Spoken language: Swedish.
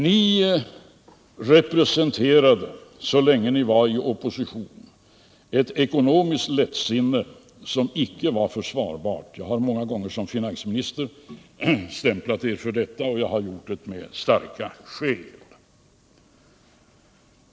Ni representerade så länge ni var i opposition ett ekonomiskt lättsinne som icke var försvarbart. Jag har många gånger som finansminister påtalat detta, och jag har gjort det med starka skäl.